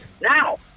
Now